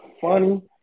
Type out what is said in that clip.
funny